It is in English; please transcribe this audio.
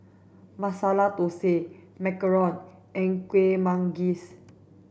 masala thosai macarons and kuih manggis